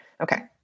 Okay